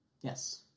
Yes